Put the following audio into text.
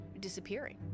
disappearing